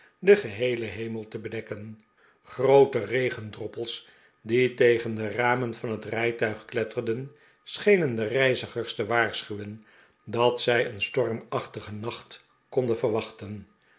den geheelen hemel te bedekken groote regendroppels die tegen de ramen van het rijtuig kletterden schenen de reizigers te waarschuwen dat zij een stormachtigen nacht konden verwachten